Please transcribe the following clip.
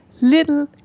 little